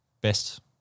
best